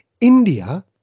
India